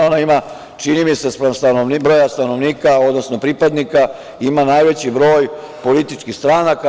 Ona ima, čini mi se, naspram broja stanovnika odnosno pripadnika, ima najveći broj političkih stranaka.